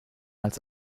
als